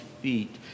feet